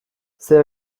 zer